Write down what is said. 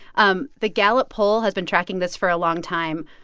um the gallup poll has been tracking this for a long time.